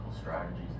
strategies